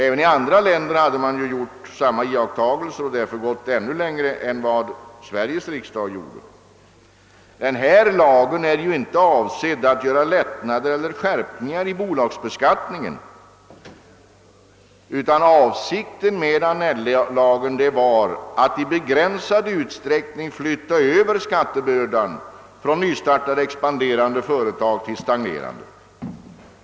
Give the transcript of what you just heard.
Även i andra länder hade man gjort samma iakttagelser och gått ännu längre än vad vi har gjort. : Lagen är inte avsedd att medföra lättnader eller skärpningar i bolagsbeskattningen, utan avsikten med Annelllagen var att i begränsad utsträckning flytta över skattebördan från nystartade och expanderande företag till stagnerande.